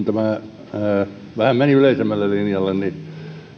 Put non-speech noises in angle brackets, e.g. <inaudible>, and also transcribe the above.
<unintelligible> tämä vähän meni yleisemmälle linjalle niin